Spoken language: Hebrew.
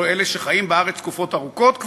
או אלה שחיים בארץ כבר תקופות ארוכות,